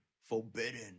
Forbidden